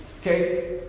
Okay